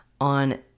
on